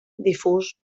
difús